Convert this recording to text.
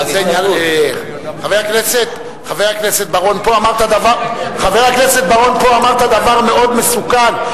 חבר הכנסת בר-און, פה אמרת דבר מאוד מסוכן.